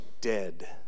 dead